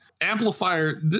amplifier